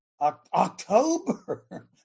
October